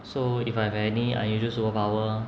so if I have any unusual superpower